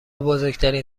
بزرگترین